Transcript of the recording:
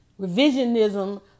Revisionism